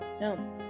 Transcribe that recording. no